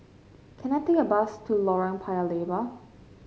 can I take a bus to Lorong Paya Lebar